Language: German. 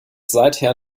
seither